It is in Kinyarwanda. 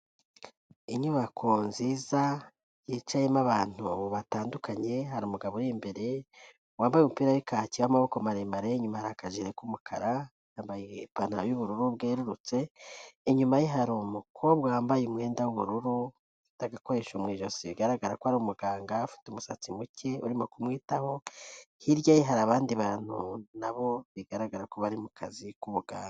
Inyubako nziza yicayemo abantu batandukanye, hari umugabo uri imbere wambaye umupira w'ikacye y'amaboko maremare, inyuma ari akajiri k'umukara, yambaye ipantaro y'ubururu bwerurutse, inyuma ye hari umukobwa wambaye umwenda w'ubururu, ufite agakoresho mu ijosi, bigaragara ko ari umuganga, ufite umusatsi muke urimo kumwitaho, hirya ye hari abandi bantu nabo bigaragara ko bari mu kazi k'ubuganga.